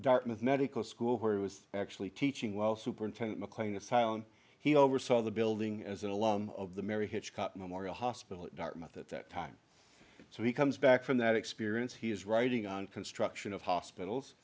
dartmouth medical school where he was actually teaching while superintendent mclean asylum he oversaw the building as an alum of the mary hitchcock memorial hospital at dartmouth at that time so he comes back from that experience he is writing on construction of hospitals